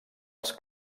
els